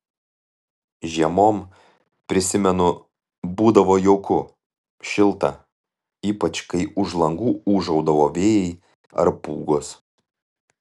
žiemom prisimenu būdavo jauku šilta ypač kai už langų ūžaudavo vėjai ar pūgos